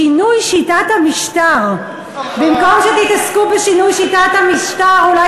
שינוי שיטת המשטר במקום שתתעסקו בשינוי שיטת המשטר אולי